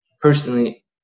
personally